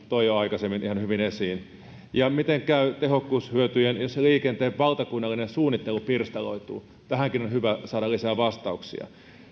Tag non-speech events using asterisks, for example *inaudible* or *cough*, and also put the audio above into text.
*unintelligible* toi jo aikaisemmin ihan hyvin esiin ja miten käy tehokkuushyötyjen jos liikenteen valtakunnallinen suunnittelu pirstaloituu tähänkin on hyvä saada lisää vastauksia